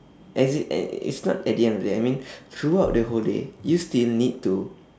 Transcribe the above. as i~ and it's not at the end of the day I mean throughout the whole day you still need to